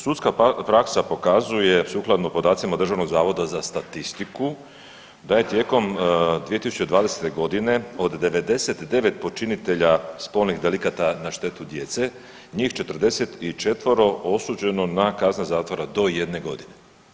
Sudska praksa pokazuje sukladno podacima Državnog zavoda za statistiku da je tijekom 2020. godine od 99 počinitelja spolnih delikata na štetu djece, njih 44 osuđeno na kazne zatvora do 1 godine.